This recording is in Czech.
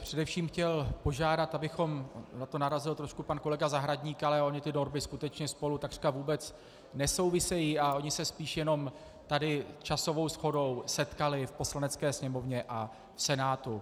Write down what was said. Především bych chtěl požádat, abychom na to narazil trošku pan kolega Zahradník, ale ony ty normy skutečně spolu takřka vůbec nesouvisejí a ony se spíš jenom časovou shodou setkaly v Poslanecké sněmovně a v Senátu.